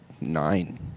nine